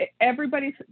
everybody's